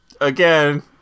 Again